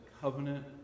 covenant